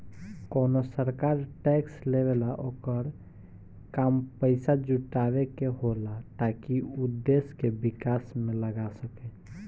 कवनो सरकार टैक्स लेवेला ओकर काम पइसा जुटावे के होला ताकि उ देश के विकास में लगा सके